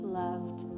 loved